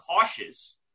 cautious